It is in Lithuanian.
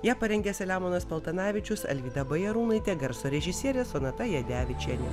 ją parengė saliamonas paltanavičius alvyda bajarūnaitė garso režisierė sonata jadevičienė